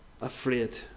afraid